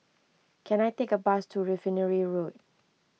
can I take a bus to Refinery Road